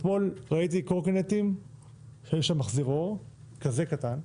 אתמול ראיתי קורקינטים שהיה שם מחזיר אור כזה קטן.